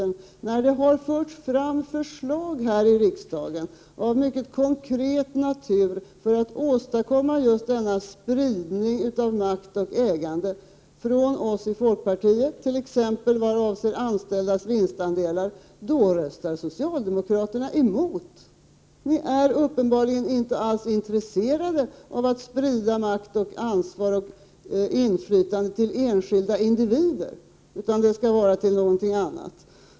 När det har förts fram förslag här i riksdagen av mycket konkret natur för att åstadkomma just denna spridning av makt och ägande från oss i folkpartiet, t.ex. i vad avser de anställdas vinstandelar, då röstar socialdemokraterna emot. Ni är uppenbarligen inte alls intresserade av att sprida makt, ansvar och inflytande till enskilda individer, utan det skall vara till någonting annat.